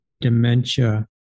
dementia